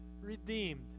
redeemed